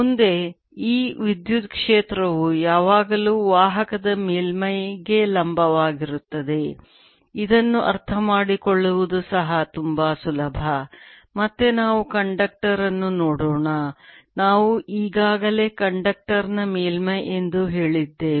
ಮುಂದೆ E ವಿದ್ಯುತ್ ಕ್ಷೇತ್ರವು ಯಾವಾಗಲೂ ವಾಹಕ ಮೇಲ್ಮೈಗೆ ಲಂಬವಾಗಿರುತ್ತದೆ ಇದನ್ನು ಅರ್ಥಮಾಡಿಕೊಳ್ಳುವುದು ಸಹ ತುಂಬಾ ಸುಲಭ ಮತ್ತೆ ನಾವು ಕಂಡಕ್ಟರ್ ಅನ್ನು ನೋಡೋಣ ನಾವು ಈಗಾಗಲೇ ಕಂಡಕ್ಟರ್ ನ ಮೇಲ್ಮೈ ಎಂದು ಹೇಳಿದ್ದೇವೆ